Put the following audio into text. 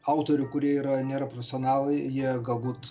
autorių kurie yra nėra profesionalai jie galbūt